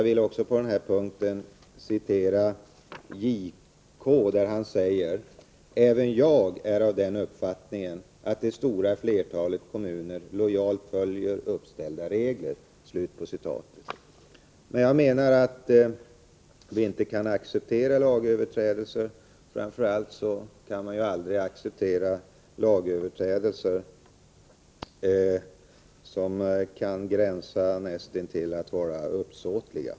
I detta sammanhang vill jag citera JK: ”Även jag är av den uppfattningen att det stora flertalet kommuner lojalt följer uppställda regler.” Jag menar att vi inte kan acceptera lagöverträdelser. Framför allt kan man aldrig acceptera lagöverträdelser som är näst intill uppsåtliga.